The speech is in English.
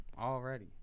Already